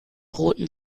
roten